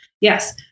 Yes